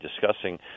discussing